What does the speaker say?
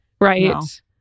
right